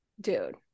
Dude